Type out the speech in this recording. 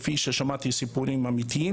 ושמעתי סיפורים אמיתיים